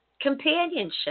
companionship